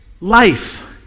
life